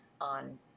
on